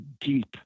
deep